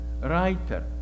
writer